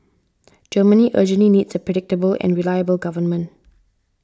Germany urgently needs a predictable and reliable government